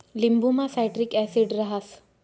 लिंबुमा citric acid रहास